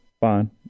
fine